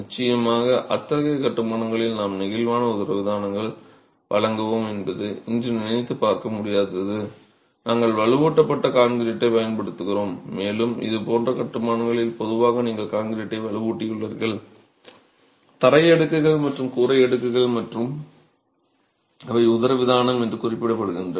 நிச்சயமாக அத்தகைய கட்டுமானங்களில் நாம் நெகிழ்வான உதரவிதானங்களை வழங்குவோம் என்பது இன்று நினைத்துப் பார்க்க முடியாதது நாங்கள் வலுவூட்டப்பட்ட கான்கிரீட்டைப் பயன்படுத்துகிறோம் மேலும் இதுபோன்ற கட்டுமானங்களில் பொதுவாக நீங்கள் கான்கிரீட்டை வலுவூட்டியுள்ளீர்கள் தரை அடுக்குகள் மற்றும் கூரை அடுக்குகள் மற்றும் அவை உதரவிதானம் என குறிப்பிடப்படுகின்றன